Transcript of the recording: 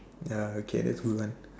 ya okay that's a good one